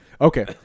Okay